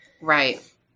Right